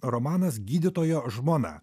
romanas gydytojo žmona